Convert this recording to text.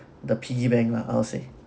the piggy bank lah I'll say